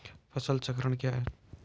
फसल चक्रण क्या है?